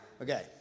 Okay